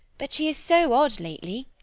but she is so odd lately.